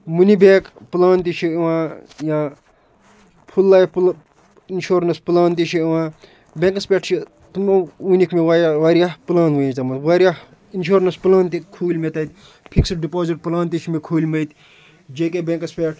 money back plan تہِ چھِ یِوان یا پھُل لایِف پٕل اِنشورنَس پٕلان تہِ چھِ یِوان بٮ۪نٛکَس پٮ۪ٹھ چھِ تِمو ؤنِکھ مےٚ وایا واریاہ پٕلان وٕنیُک تامَتھ واریاہ اِنشورنَس پٕلان تہِ کھوٗلۍ مےٚ تَتہِ فِکسٕڈ ڈِپازِٹ پٕلان تہِ چھِ مےٚ کھوٗلۍمٕتۍ جے کے بٮ۪نٛکَس پٮ۪ٹھ